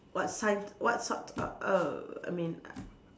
what si~ what sort err err I mean uh